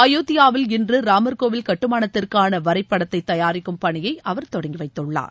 அயோத்தியாவில் இன்று ராமர்கோவில் கட்டுமானத்திற்கான வரைபடத்தை தயாரிக்கும் பணியை அவர் தொடங்கி வைத்துள்ளார்